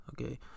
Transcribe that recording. okay